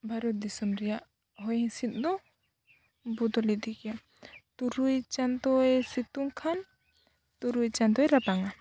ᱵᱷᱟᱨᱚᱛ ᱫᱤᱥᱚᱢ ᱨᱮᱭᱟᱜ ᱦᱚᱭ ᱦᱤᱥᱤᱫ ᱵᱚᱫᱚᱞ ᱤᱫᱤᱜ ᱜᱮᱭᱟ ᱛᱩᱨᱩᱭ ᱪᱟᱸᱫᱚᱭ ᱥᱤᱛᱩᱝ ᱠᱷᱟᱱ ᱛᱩᱨᱩᱭ ᱪᱟᱸᱫᱚᱭ ᱨᱟᱵᱟᱝᱟ